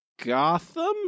Gotham